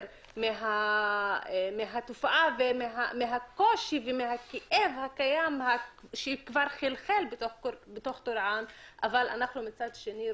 מהתופעה מהקושי והכאב שקיים וכבר חלחל בטורעאן ומצד שני אנחנו